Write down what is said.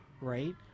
Right